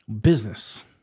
business